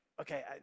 okay